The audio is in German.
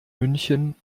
münchen